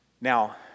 Now